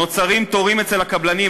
נוצרים תורים אצל הקבלנים,